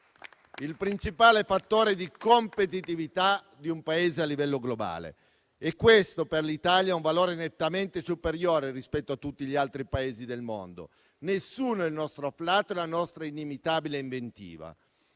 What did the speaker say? il principale fattore di competitività di un Paese a livello globale. Questo per l'Italia ha un valore nettamente superiore rispetto a tutti gli altri Paesi del mondo: nessuno ha il nostro afflato e la nostra inimitabile inventiva.